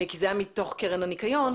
כי זה היה מתוך קרן הניקיון,